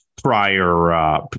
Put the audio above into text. prior